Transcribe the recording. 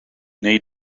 need